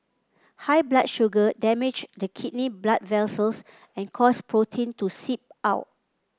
high blood sugar damage the kidney blood vessels and cause protein to seep out